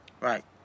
Right